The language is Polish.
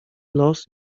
los